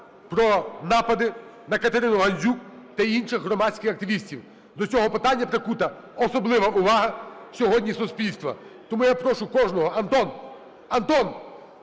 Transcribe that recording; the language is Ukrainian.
про напади на Катерину Гандзюк та інших громадських активістів. До цього питання прикута особлива увага сьогодні суспільства. Тому я прошу кожного. Антон! Антон!